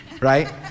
right